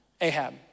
Ahab